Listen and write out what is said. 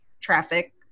traffic